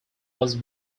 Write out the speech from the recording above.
was